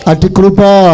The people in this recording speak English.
Atikrupa